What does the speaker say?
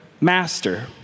master